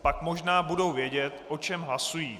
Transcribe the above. Pak možná budou vědět, o čem hlasují.